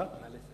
נא לסיים.